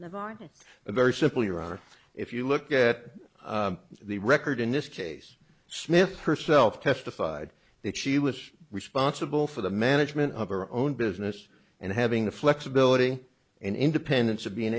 on a very simple your honor if you look at the record in this case smith herself testified that she was responsible for the management of her own business and having the flexibility and independence of being